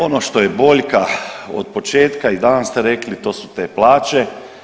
Ono što je boljka od početka i danas ste rekli to su te plaće.